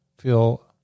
feel